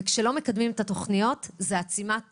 וכשלא מקדמים את התוכניות זו עצימת עין,